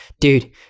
dude